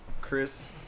Chris